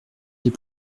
des